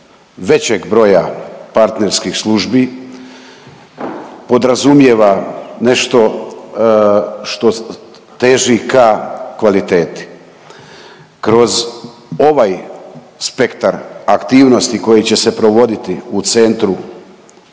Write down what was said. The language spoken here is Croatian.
većeg broja partnerskih službi podrazumijeva nešto što teži ka kvaliteti. Kroz ovaj spektar aktivnosti koje će se provoditi u centru